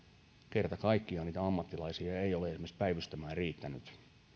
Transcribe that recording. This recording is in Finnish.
kerta kaikkiaan niitä ammattilaisia ei ole esimerkiksi päivystämään riittänyt on liikaa